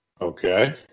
Okay